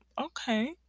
Okay